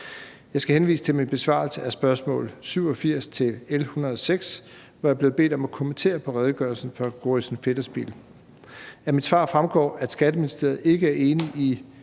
Jeg skal henvise til min besvarelse af spørgsmål 87 til L 106, hvor jeg blev bedt om at kommentere på redegørelsen fra Gorrissen Federspiel. Af mit svar fremgår det, at Skatteministeriet ikke er enig i